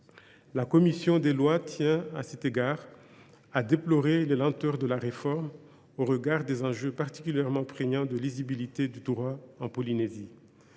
la commission des lois tient à déplorer les lenteurs de la réforme, au regard des enjeux particulièrement prégnants de lisibilité du droit en Polynésie.